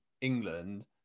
England